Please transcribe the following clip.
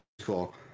cool